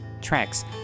tracks